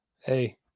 Hey